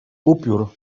upiór